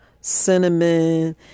cinnamon